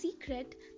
secret